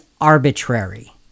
arbitrary